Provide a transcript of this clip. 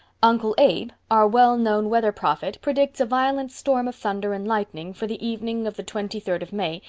uncle abe, our well-known weather prophet, predicts a violent storm of thunder and lightning for the evening of the twenty-third of may,